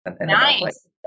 Nice